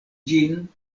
ĝin